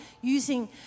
using